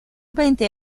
veinte